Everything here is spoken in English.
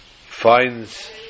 finds